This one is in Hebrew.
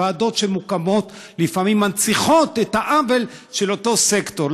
ועדות שמוקמות לפעמים מנציחות את העוול של אותו סקטור,